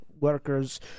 workers